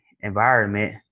environment